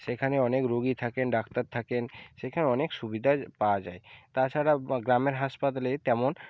সেখানে অনেক রোগী থাকেন ডাক্তার থাকেন সেখানে অনেক সুবিধা পাওয়া যায় তাছাড়া গ্রামের হাসপাতালে তেমন